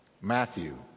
Matthew